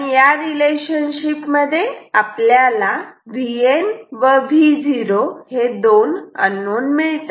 या रिलेशनशिपमध्ये आपल्याला Vn व Vo हे दोन अननोन मिळतात